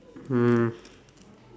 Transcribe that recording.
mm